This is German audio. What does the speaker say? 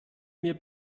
mir